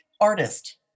artist